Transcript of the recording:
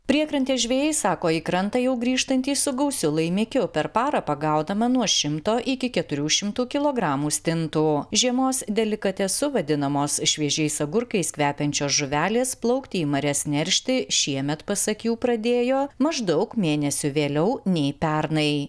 priekrantės žvejai sako į krantą jau grįžtantys su gausiu laimikiu per parą pagaudama nuo šimto iki keturių šimtų kilogramų stintų žiemos delikatesu vadinamos šviežiais agurkais kvepiančios žuvelės plaukti į marias neršti šiemet pasak jų pradėjo maždaug mėnesiu vėliau nei pernai